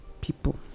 people